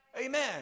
amen